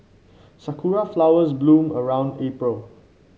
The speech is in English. sakura flowers bloom around April